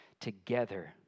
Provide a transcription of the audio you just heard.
together